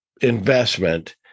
investment